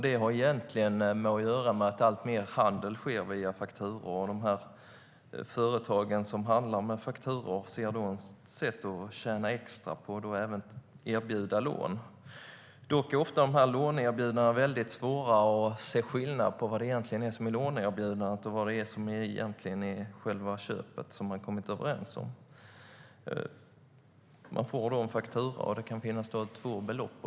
Det har egentligen att göra med att alltmer handel sker via faktura och att företagen som handlar med fakturor då ser ett sätt att tjäna extra på att även erbjuda lån. Dock är det ofta svårt att se skillnad på vad det är som är låneerbjudandet och vad som är själva köpet som man kommit överens om. Man får en faktura där det kan finnas två belopp.